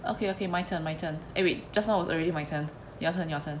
okay okay my turn my turn eh wait just now was already my turn your turn your turn